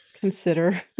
consider